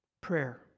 prayer